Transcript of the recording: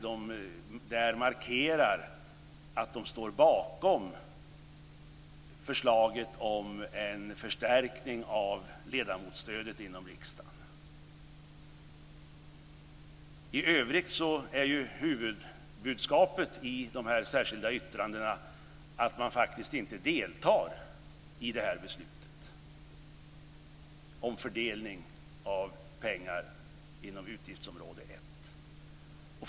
De markerar där att de står bakom förslaget om en förstärkning av ledamotsstödet inom riksdagen. I övrigt är ju huvudbudskapet i de särskilda yttrandena att man inte deltar i beslutet om fördelning av pengar inom utgiftsområde 1.